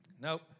Nope